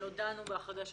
(ב)היא ניתנה שלא לשימוש אישי,